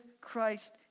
Christ